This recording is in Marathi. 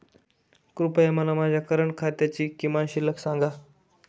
कृपया मला माझ्या करंट खात्याची किमान शिल्लक सांगा